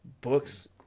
books